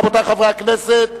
רבותי חברי הכנסת,